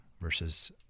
versus